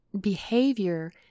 behavior